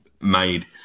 made